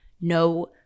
No